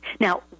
Now